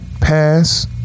pass